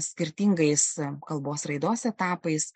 skirtingais kalbos raidos etapais